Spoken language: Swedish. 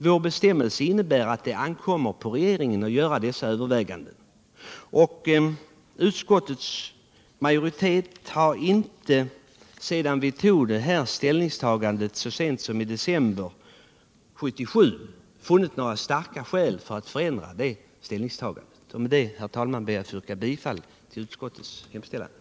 Vår bestämmelse innebär att det ankommer på regeringen att göra dessa överväganden. Utskottets majoritet har emellertid inte, sedan vi tog ställning så sent som i december 1977, funnit några starka skäl för att ändra sitt ställningstagande. Med detta, herr talman, ber jag att få yrka bifall till utskottets hemställan.